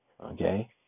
okay